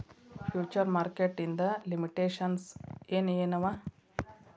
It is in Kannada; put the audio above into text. ಫ್ಯುಚರ್ ಮಾರ್ಕೆಟ್ ಇಂದ್ ಲಿಮಿಟೇಶನ್ಸ್ ಏನ್ ಏನವ?